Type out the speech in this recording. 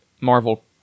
Marvel